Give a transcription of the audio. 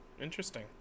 interesting